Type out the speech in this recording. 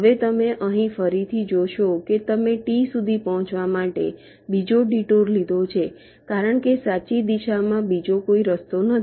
હવે તમે અહીંથી ફરીથી જોશો કે તમે T સુધી પહોંચવા માટે બીજો ડિટુર લીધો છે કારણ કે સાચી દિશામાં બીજો કોઈ રસ્તો નથી